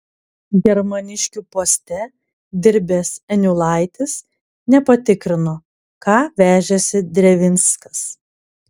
germaniškių poste dirbęs eniulaitis nepatikrino ką vežėsi drevinskas